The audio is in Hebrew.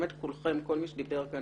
באמת, כולכם, כל מי שדיבר כאן,